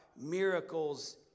Miracles